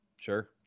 Sure